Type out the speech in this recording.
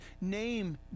name